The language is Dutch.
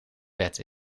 wet